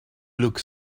look